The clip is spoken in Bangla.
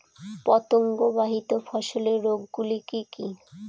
পতঙ্গবাহিত ফসলের রোগ গুলি কি কি?